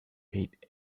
paid